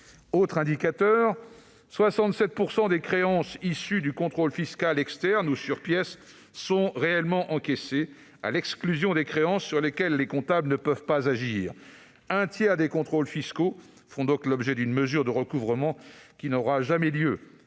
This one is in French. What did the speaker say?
D'autre part, 67 % des créances issues du contrôle fiscal externe ou sur pièces sont réellement encaissées, à l'exclusion des créances sur lesquelles les comptables ne peuvent pas agir. Un tiers des contrôles fiscaux font donc l'objet d'une mesure de recouvrement qui n'aura jamais lieu